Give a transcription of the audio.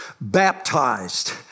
baptized